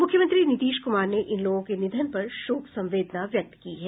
मुख्यमंत्री नीतीश कुमार ने इन लोगों के निधन पर शोक संवेदना व्यक्त की है